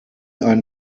ein